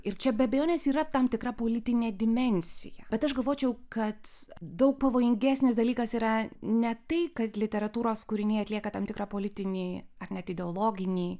ir čia be abejonės yra tam tikra politinė dimensija bet aš galvočiau kad daug pavojingesnis dalykas yra ne tai kad literatūros kūriniai atlieka tam tikrą politinį ar net ideologinį